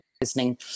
listening